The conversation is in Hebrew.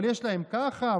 אבל יש להם ככה,